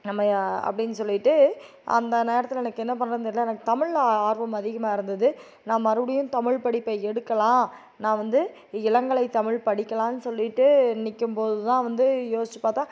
நம்ம அப்படின்னு சொல்லிவிட்டு அந்த நேரத்தில் எனக்கு என்ன பண்ணுறதுன்னு தெரியல எனக்கு தமிழில் ஆர்வம் அதிகமாக இருந்தது நான் மறுபடியும் தமிழ் படிப்ப எடுக்கலாம் நான் வந்து இளங்கலை தமிழ் படிக்கலாம்னு சொல்லிவிட்டு நிற்கும் போது தான் வந்து யோசிச்சு பார்த்தா